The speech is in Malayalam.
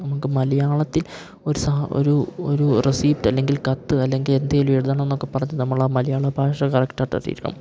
നമുക്ക് മലയാളത്തിൽ ഒരു സ ഒരു ഒരു റെസീപ്റ്റ് അല്ലെങ്കിൽ കത്ത് അല്ലെങ്കിൽ എന്തേലും എഴുതണോന്നൊക്കെ പറഞ്ഞ് നമ്മൾ ആ മലയാള ഭാഷ കറക്റ്റായിട്ട് അറിഞ്ഞിരിക്കണം